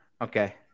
okay